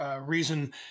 reason